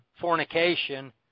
fornication